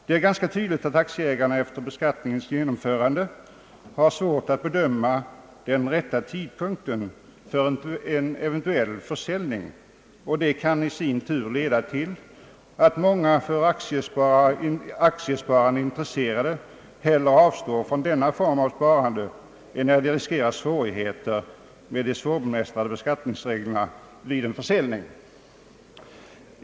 Det är ganska tydligt att aktieägarna efter beskattningens genomförande har svårt att bedöma den rätta tidpunkten för en eventuell försäljning, och detta kan i sin tur leda till att många för aktiesparande intresserade hellre avstår från denna form av sparande enär de riskerar svårigheter med de svårbemästrade beskattningsreglerna vid en försäljning.